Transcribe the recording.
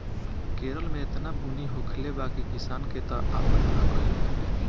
केरल में एतना बुनी होखले बा की किसान के त आफत आगइल बाटे